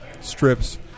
strips